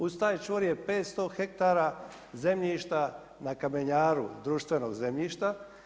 Uz taj čvor je 500 hektara zemljišta na kamenjaru, društvenog zemljišta.